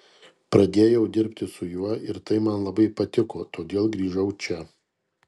pradėjau dirbi su juo ir tai man labai patiko todėl grįžau čia